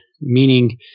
Meaning